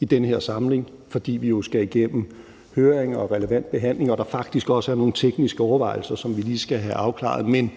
i den her samling, fordi vi jo skal igennem høring og relevant behandling og der faktisk også er nogle tekniske overvejelser, som vi lige skal have afklaret,